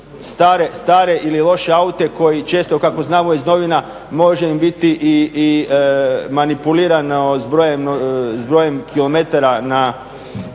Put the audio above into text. stare ili loše aute koji često kako znamo iz novina može im biti manipulirano s brojem kilometara na